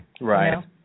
Right